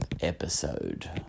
episode